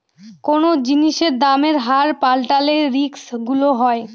কোনো জিনিসের দামের হার পাল্টালে রিস্ক গুলো হয়